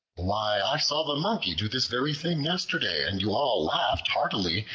why, i saw the monkey do this very thing yesterday, and you all laughed heartily,